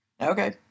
Okay